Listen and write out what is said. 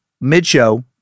mid-show